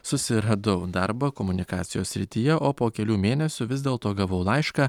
susiradau darbą komunikacijos srityje o po kelių mėnesių vis dėlto gavau laišką